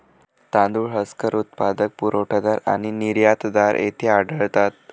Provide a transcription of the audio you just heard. तांदूळ हस्कर उत्पादक, पुरवठादार आणि निर्यातदार येथे आढळतात